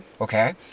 Okay